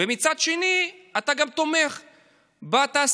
ומצד שני, אתה גם תומך בתעשייה,